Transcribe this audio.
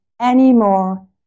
anymore